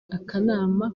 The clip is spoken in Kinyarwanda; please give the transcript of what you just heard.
akanama